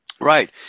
Right